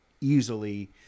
easily—